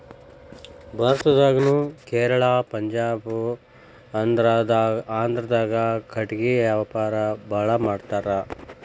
ಭಾರತದಾಗುನು ಕೇರಳಾ ಪಂಜಾಬ ಆಂದ್ರಾದಾಗ ಕಟಗಿ ವ್ಯಾವಾರಾ ಬಾಳ ಮಾಡತಾರ